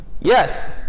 Yes